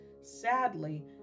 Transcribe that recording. Sadly